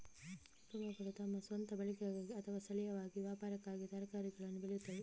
ಕುಟುಂಬಗಳು ತಮ್ಮ ಸ್ವಂತ ಬಳಕೆಗಾಗಿ ಅಥವಾ ಸ್ಥಳೀಯವಾಗಿ ವ್ಯಾಪಾರಕ್ಕಾಗಿ ತರಕಾರಿಗಳನ್ನು ಬೆಳೆಯುತ್ತವೆ